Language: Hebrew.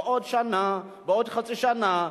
ועוד שנה ועוד חצי שנה,